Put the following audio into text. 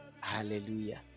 Hallelujah